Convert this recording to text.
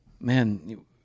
man